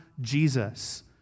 Jesus